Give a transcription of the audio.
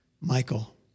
Michael